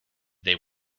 they